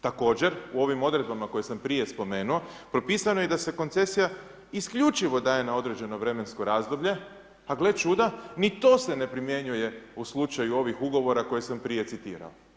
Također, u ovim odredbama koje sam prije spomenuo, propisano je da se koncesija isključivo daje na određeno vremensko razdoblje, a gle čuda, ni to se ne primijenjuje u slučaju ovih ugovora koje sam prije citirao.